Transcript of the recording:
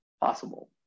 possible